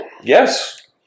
Yes